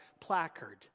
placard